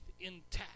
intact